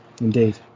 indeed